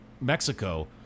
Mexico